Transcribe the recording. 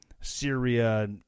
Syria